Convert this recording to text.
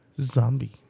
zombie